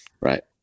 Right